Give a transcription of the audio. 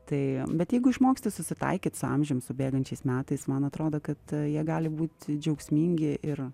tai bet jeigu išmoksti susitaikyt su amžium su bėgančiais metais man atrodo kad jie gali būti džiaugsmingi ir